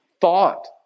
thought